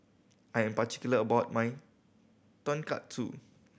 I am particular about my Tonkatsu